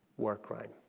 war crime.